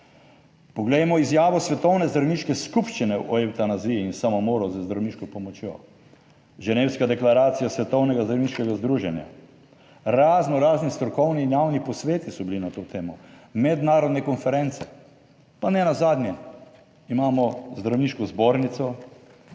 Poglejmo izjavo Svetovne zdravniške skupščine o evtanaziji in samomoru z zdravniško pomočjo; Ženevska deklaracija Svetovnega zdravniškega združenja. Raznorazni strokovni in javni posveti so bili na to temo, mednarodne konference, pa nenazadnje, imamo zdravniško zbornico,